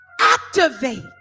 Activate